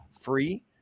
free